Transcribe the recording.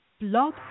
Blog